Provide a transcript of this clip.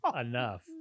Enough